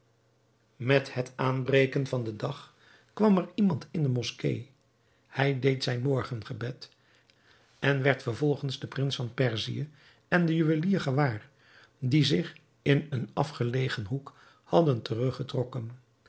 met het aanbreken van den dag kwam er iemand in de moskee hij deed zijn morgengebed en werd vervolgens den prins van perzië en den juwelier gewaar die zich in een afgelegen hoek hadden terug